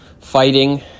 fighting